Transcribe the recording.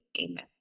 amen